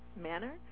manner